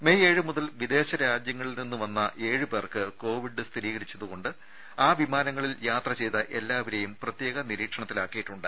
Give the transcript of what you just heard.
May ഏഴുമുതൽ വിദേശരാജ്യങ്ങളിൽ നിന്ന് വന്ന ഏഴു പേർക്ക് കോവിഡ് സ്ഥിരീകരിച്ചതുകൊണ്ട് ആ വിമാനങ്ങളിൽ യാത്ര ചെയ്ത എല്ലാവരേയും പ്രത്യേക നിരീക്ഷണത്തിലാക്കിയിട്ടുണ്ട്